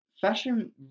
fashion